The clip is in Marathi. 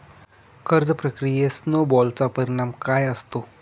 कर्ज प्रक्रियेत स्नो बॉलचा परिणाम काय असतो?